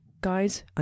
guys